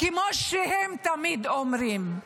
כמו שהם תמיד אומרים.